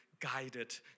guided